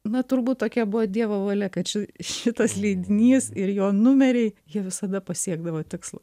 na turbūt tokia buvo dievo valia kad ši šitas leidinys ir jo numeriai jie visada pasiekdavo tikslą